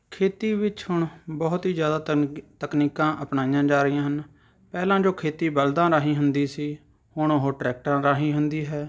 ਖੇਤੀ ਵਿੱਚ ਹੁਣ ਬਹੁਤ ਹੀ ਜ਼ਿਆਦਾ ਤਨਕ ਤਕਨੀਕਾਂ ਅਪਣਾਈਆਂ ਜਾ ਰਹੀਆਂ ਹਨ ਪਹਿਲਾਂ ਜੋ ਖੇਤੀ ਬਲਦਾਂ ਰਾਹੀਂ ਹੁੰਦੀ ਸੀ ਹੁਣ ਉਹ ਟਰੈਕਟਰਾਂ ਰਾਹੀਂ ਹੁੰਦੀ ਹੈ